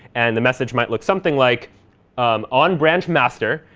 and the message might look something like um on branch master,